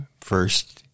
first